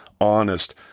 honest